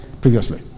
previously